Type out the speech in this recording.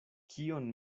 kion